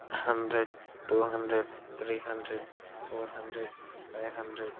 hundred two hundred three hundred four hundred five hundred